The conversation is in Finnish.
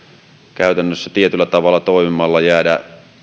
käytännössä tietyllä tavalla toimimalla jäädä